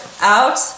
out